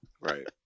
right